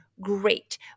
Great